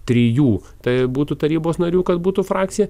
trijų tai būtų tarybos narių kad būtų frakcija